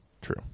True